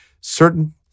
certain